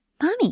mommy